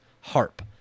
harp